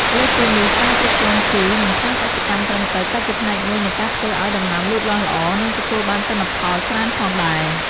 លើសពីនេះការគ្រប់គ្រងជី និងថ្នាំកសិកម្មត្រឹមត្រូវក៏ជាផ្នែកមួយនៃការធ្វើឲ្យដំណាំលូតលាស់ល្អ និងទទួលបានទិន្នផលច្រើនផងដែរ។